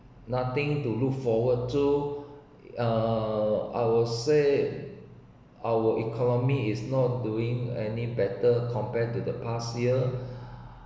nothing to look forward to err I will say our economy is not doing any better compared to the past year